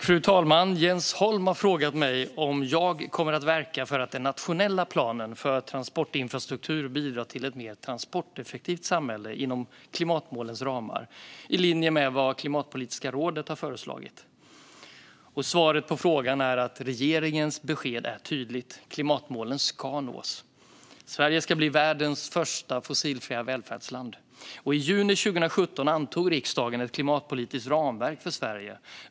Fru talman! Jens Holm har frågat mig om jag kommer att verka för att den nationella planen för transportinfrastruktur bidrar till ett mer transporteffektivt samhälle inom klimatmålens ramar i linje med vad Klimatpolitiska rådet har föreslagit. Svaret på frågan är att regeringens besked är tydligt: Klimatmålen ska nås! Sverige ska bli världens första fossilfria välfärdsland. I juni 2017 antog riksdagen ett klimatpolitiskt ramverk för Sverige.